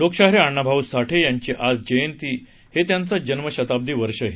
लोकशाहीर अण्णाभाऊ साठे यांची आज जयंती आणि हे त्यांचं जन्मशताब्दी वर्षही